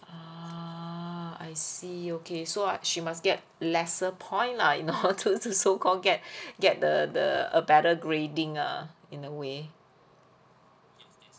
ah I see okay so ah she must get lesser point lah you know to to so called get get the the a better grading ah in a way